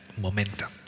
momentum